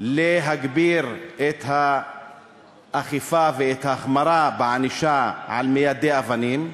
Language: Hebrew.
להגביר את האכיפה ואת ההחמרה בענישה על מיידי האבנים.